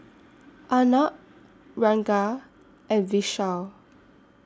Arnab Ranga and Vishal